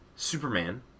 Superman